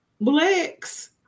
blacks